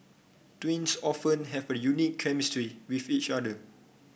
twins often have a unique chemistry with each other